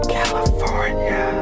California